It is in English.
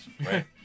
Right